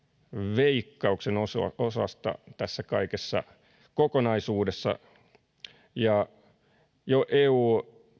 veikkauksen osasta tässä kaikessa kokonaisuudessa jo eu